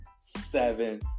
seven